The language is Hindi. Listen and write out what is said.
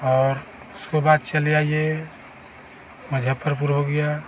और उसको बाद चले आइए मुज़फ्फरपुर हो गया